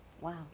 Wow